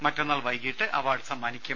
മറ്റന്നാൾ വൈകീട്ട് അവാർഡ് സമ്മാനിക്കും